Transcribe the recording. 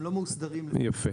הם לא מאוסדרים --- יפה,